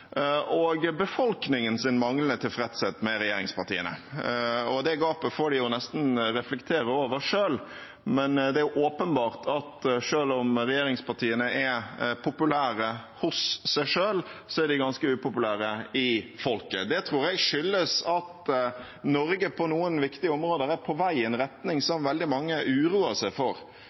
og befolkningens manglende tilfredshet med regjeringen. Det gapet får de nesten reflektere over selv, men det er åpenbart at selv om regjeringspartiene er populære hos seg selv, er de ganske upopulære i folket. Det tror jeg skyldes at Norge på noen viktige områder er på vei i en retning som veldig mange uroer seg for.